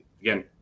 again